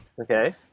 Okay